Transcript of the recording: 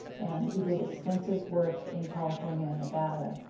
and he did extensive work in california and nevada,